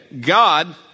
God